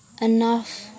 enough